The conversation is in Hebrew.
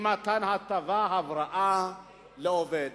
יש מתן הטבה, הבראה לעובד.